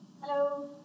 Hello